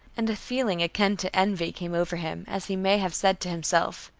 and a feeling akin to envy came over him, as he may have said to himself